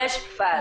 גם בתקופה הזאת.